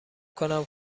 کنم